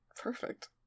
Perfect